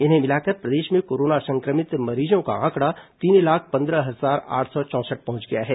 इन्हें मिलाकर प्रदेश में कोरोना संक्रमित मरीजों का आंकड़ा तीन लाख पंद्रह हजार आठ सौ चौंसठ पहुंच गया है